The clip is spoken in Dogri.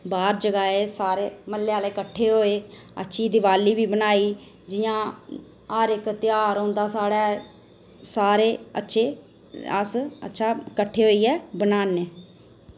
बाह्र जगाए सारे म्हल्ले आह्लें कट्ठे होए अच्छी दिवाली बी बनाई जियां हर इक त्योहार औंदा साढ़ै सारे अच्छे अस अच्छा कट्ठे होइयै बनाने